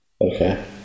okay